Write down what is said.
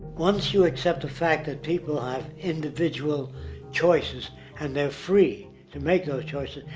once you accept the fact that people have individual choices and free to make those choices.